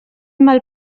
mal